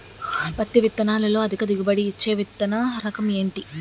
పత్తి విత్తనాలతో అధిక దిగుబడి నిచ్చే విత్తన రకం ఏంటి?